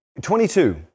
22